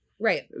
Right